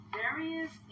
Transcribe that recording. various